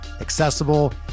accessible